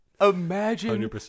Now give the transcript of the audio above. Imagine